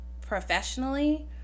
professionally